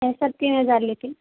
پیسہ تین ہزار لیتی